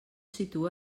situa